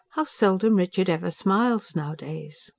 how seldom richard ever smiles nowadays.